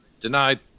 Denied